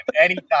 Anytime